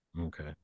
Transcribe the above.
Okay